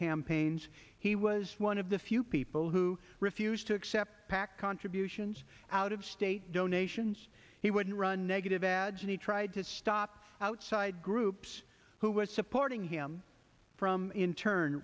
campaigns he was one of the few people who refused to accept contributions out of state donations he wouldn't run negative ads and he tried to stop outside groups who were supporting him from in turn